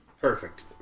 Perfect